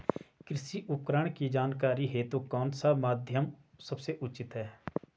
कृषि उपकरण की जानकारी हेतु कौन सा माध्यम सबसे उचित है?